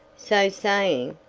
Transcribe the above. so saying,